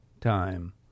time